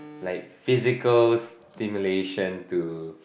like physical stimulation to